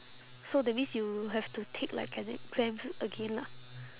so that means you have to take like an exams again lah